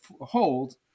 hold